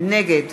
נגד